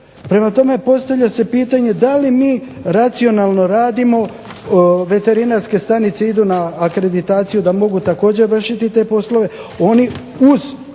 Prema tome, postavlja se pitanje da li mi racionalno radimo, veterinarske stanice idu na akreditaciju da mogu također vršiti te poslove, međutim